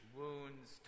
wounds